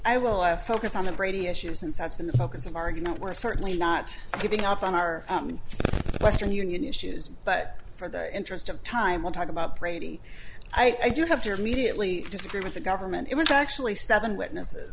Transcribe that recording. i will have to focus on the brady issues since has been the focus of argument we're certainly not giving up on our western union issues but for the interest of time we'll talk about brady i do have your mediately disagree with the government it was actually seven witnesses